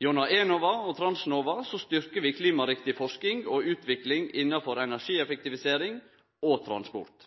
Gjennom Enova og Transnova styrkjer vi klimariktig forsking og utvikling innan energieffektivisering og transport.